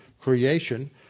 creation